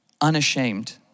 unashamed